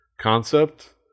concept